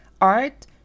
art